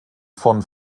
von